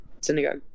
synagogue